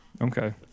Okay